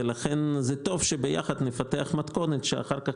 זה טוב שביחד נפתח מתכונת שאחר כך,